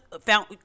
found